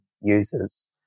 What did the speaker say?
users